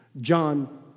John